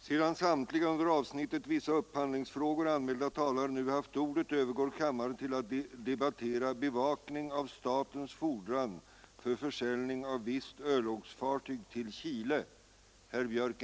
Sedan samtliga under avsnittet Vissa upphandlingsfrågor anmälda talare nu haft ordet övergår kammaren till att debattera Bevakning av statens fordran för försäljning av visst örlogsfartyg till Chile.